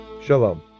Shalom